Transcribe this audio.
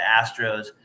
Astros